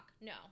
no